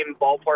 ballpark